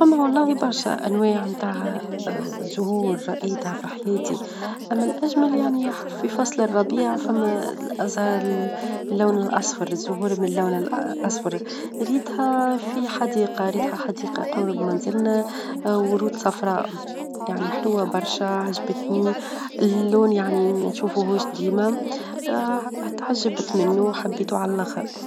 فما والله برشا أنواع متاع زهور رأيتها في حياتي، أما الأجمل يعني في فصل الربيع فما -الأزهار اللون الأصفر- الزهور باللون -ال- الأصفر، ريتها في حديقة، ريتها حديقة قرب منزلنا، ورود صفراء يعني حلوة برشا عجبتني اللون يعني منشوفوهوش ديما فتعجبت منو، وحبيتو على اللخر.